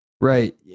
Right